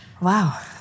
Wow